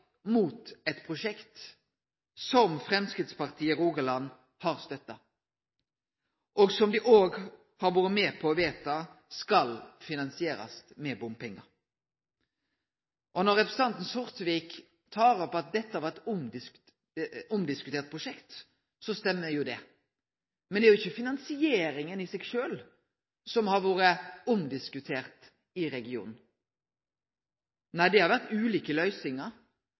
mot eit prosjekt som Framstegspartiet i Rogaland har støtta, og som dei òg har vore med på å vedta skal finansierast med bompengar. Når representanten Sortevik seier at dette var eit omdiskutert prosjekt, så stemmer jo det. Men det er ikkje finansieringa i seg sjølv som har vore omdiskutert i regionen – nei, det har vore dei ulike